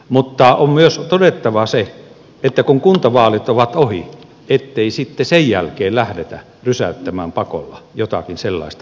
mutta on myös todettava se että kun kuntavaalit ovat ohi ei sitten sen jälkeen lähdetä rysäyttämään pakolla jotakin sellaista